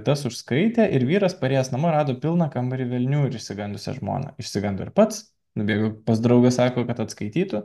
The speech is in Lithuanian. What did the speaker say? tas užskaitė ir vyras parėjęs namo rado pilną kambarį velnių ir išsigandusią žmoną išsigando ir pats nubėgo pas draugą sako kad atskaitytų